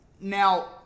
Now